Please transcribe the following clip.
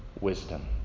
wisdom